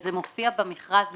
וזה מופיע במכרז מלכתחילה.